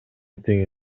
тең